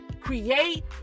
create